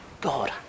God